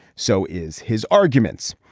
so is his arguments.